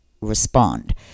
respond